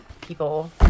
people